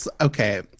Okay